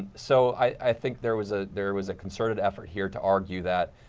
and so, i think there was ah there was a concerted effort here to argue that,